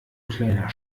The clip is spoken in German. kleiner